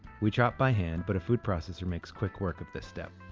we chop by hand, but a food processor makes quick work of this step.